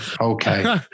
okay